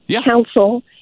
Council